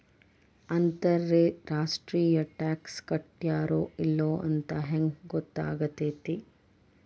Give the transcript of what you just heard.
ಅಂತರ್ ರಾಷ್ಟ್ರೇಯ ಟಾಕ್ಸ್ ಕಟ್ಟ್ಯಾರೋ ಇಲ್ಲೊಂತ್ ಹೆಂಗ್ ಹೊತ್ತಾಕ್ಕೇತಿ?